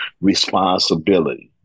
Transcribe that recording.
responsibility